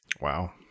Wow